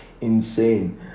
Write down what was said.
insane